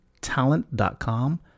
talent.com